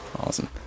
Awesome